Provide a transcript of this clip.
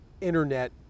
internet